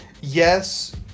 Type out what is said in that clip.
yes